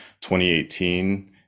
2018